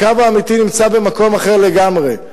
הקרב האמיתי נמצא במקום אחר לגמרי.